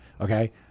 Okay